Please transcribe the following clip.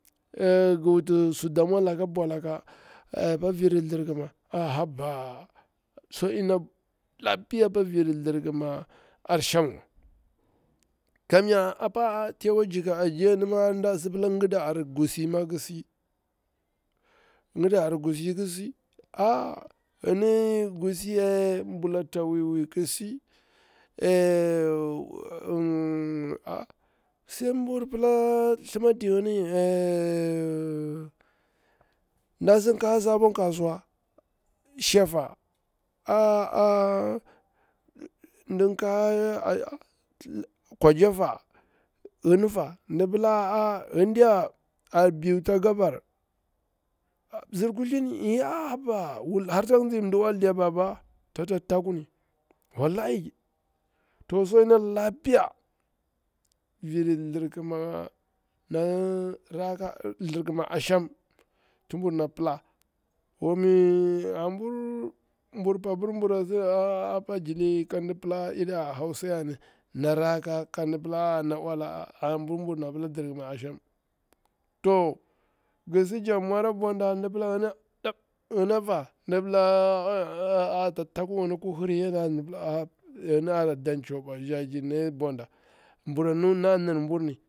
ngi wuti sudumwa laka a bwalaka amma bir thlirkima aa haba, swa dina lafiya apa virir thlirkima ashem, kamnya apa ti yakwa jika ajiyan ma, nda si pila kiza ar gusi ma ki si, aa gusi ey, bulata wiwi ki si, sai bur pila thlima digini sabon kasuwa, shaffa, ndi ka kwajatta, gini fa a biu ta gobar mzir kuhtlini ey, a haba wul har tak nzi mɗa ok diya, ta ta takunnu wallahi, to sai ina lapiya viri thliima na rakka asham ti bur na pila ey a buru mbur papir kan pila a hausa yomi, kan pila na rakko ko no ola, abur bur na pila thlirkima asham, a ndi pila ginifa tuhuriya, ndi pila a dan choba zajini a bwada,